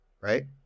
right